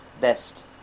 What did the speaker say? best